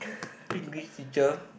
English teacher